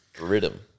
rhythm